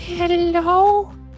Hello